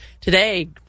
Today